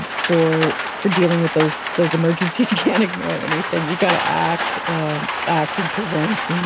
and for for dealing with those those emergencies. you can't ignore anything. you got to act ah act and prevent and